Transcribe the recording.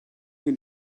can